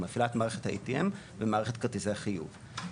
היא מפעילה את מערכת ה-ATM ומערכת כרטיסי חיוב.